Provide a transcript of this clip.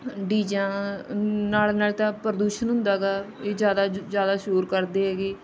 ਡੀਜਿਆ ਨਾਲ ਨਾਲੇ ਤਾਂ ਪ੍ਰਦੂਸ਼ਣ ਹੁੰਦਾ ਗਾ ਇਹ ਜ਼ਿਆਦਾ ਜ ਜ਼ਿਆਦਾ ਸ਼ੋਰ ਕਰਦੇ ਹੈਗੇ